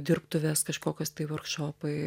dirbtuvės kažkokios tai vorkšopai